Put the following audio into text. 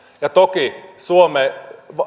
toki